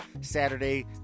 Saturday